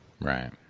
Right